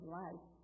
life